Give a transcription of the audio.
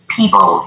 people